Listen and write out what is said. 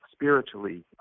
spiritually